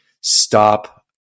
stop